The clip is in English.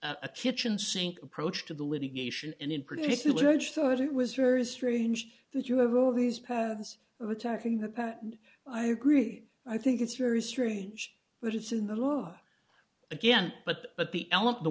a kitchen sink approach to the litigation and in particular age thirty it was very strange that you have all these paths of attacking the pair and i agree i think it's very strange but it's in the law again but but the